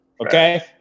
Okay